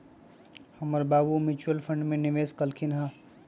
हमर बाबू mutual fund में निवेश कलखिंन्ह ह